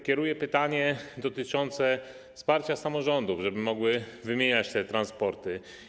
Kieruję pytanie dotyczące wsparcia samorządów, żeby mogły wymieniać te transporty.